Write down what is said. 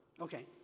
Okay